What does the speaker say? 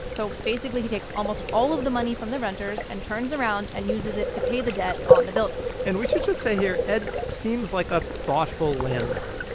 so basically, he takes almost all of the money from the renters and turns around and uses it to pay the debt on the buildings and we should just say here ed seems like a thoughtful landlord.